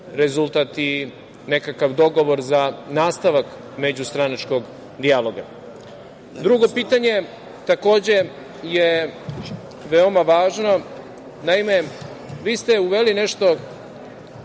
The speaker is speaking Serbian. rezultat i nekakav dogovor za nastavak međustranačkog dijaloga? Drugo pitanje je takođe veoma važno. Naime, vi ste uveli nešto